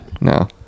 no